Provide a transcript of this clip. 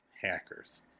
Hackers